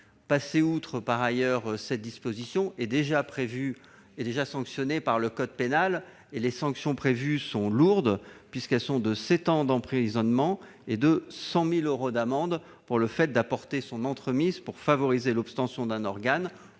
Passer outre cette procédure est déjà réprimé par le code pénal. Les sanctions prévues sont lourdes : elles sont de sept ans d'emprisonnement et de 100 000 euros d'amende pour « le fait d'apporter son entremise pour favoriser l'obtention d'un organe